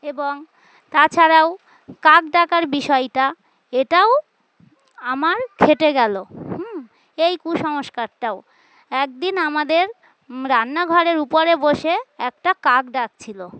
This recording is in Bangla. এবং তাছাড়াও কাক ডাকার বিষয়টা এটাও আমার খেটে গেল হুম এই কুসংস্কারটাও একদিন আমাদের রান্নাঘরের উপরে বসে একটা কাক ডাকছিল